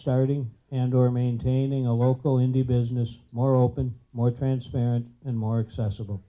starting and or maintaining a local indy business more open more transparent and more accessible